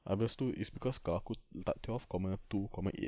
habis tu it's because tahu aku letak twelve comma two comma eight